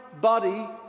body